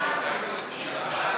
ההסתייגות (18) של קבוצת סיעת המחנה